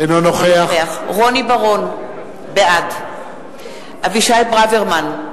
אינו נוכח רוני בר-און, בעד אבישי ברוורמן,